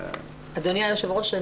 אדוני היושב ראש,